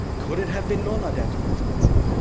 could it have been non-identical to itself?